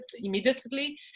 immediately